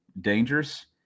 dangerous